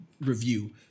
review